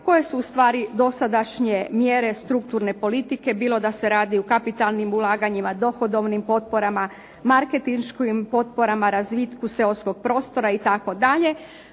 koje su ustvari dosadašnje mjere strukturne politike, bilo da se radi o kapitalnim ulaganjima, dohodovnim potporama, marketinškim potporama, razvitku seoskog prostora, itd.